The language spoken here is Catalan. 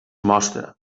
mostra